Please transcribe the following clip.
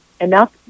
enough